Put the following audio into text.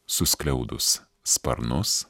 suskliaudus sparnus